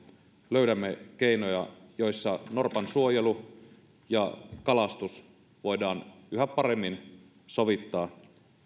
löydämme keinoja joissa norpansuojelu ja kalastus voidaan yhä paremmin sovittaa yhteen